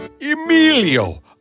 Emilio